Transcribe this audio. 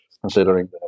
considering